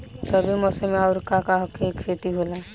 रबी मौसम में आऊर का का के खेती होला?